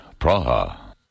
Praha